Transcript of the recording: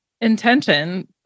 intention